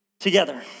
Together